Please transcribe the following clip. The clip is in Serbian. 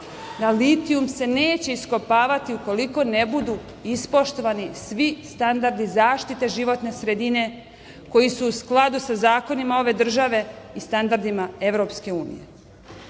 da litijum se neće iskopavati ukoliko ne budu ispoštovani svi standardi zaštite životne sredine, koji su u skladu sa zakonima ove države i standardima EU.Da se